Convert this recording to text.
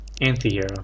Anti-hero